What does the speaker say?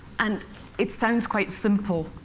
and it sounds quite simple,